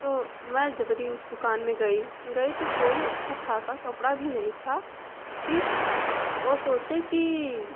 तो मैं जबरी उस दुकान में गई गई तो कोई अच्छा खासा कपड़ा भी नहीं था फिर वो सोचे कि